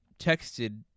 texted